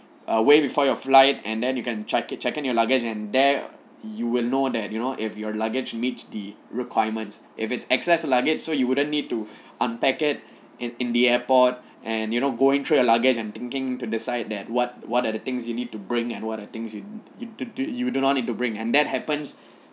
ah way before your flight and then you can check in check in your luggage and there you will know that you know if your luggage meets the requirements if its excess luggage so you wouldn't need to unpack it in in the airport and you know going through your luggage and thinking to decide that what what are the things you need to bring and what are the things you you do you do not need to bring and that happens